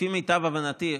לפי מיטב הבנתי,